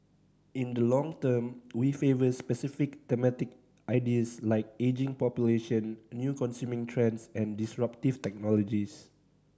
in the long term we favour specific thematic ideas like ageing population new consuming trends and disruptive technologies